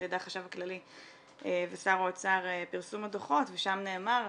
ידי החשב הכללי ושר האוצר פרסום הדוחות ושם נאמר: